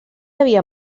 havia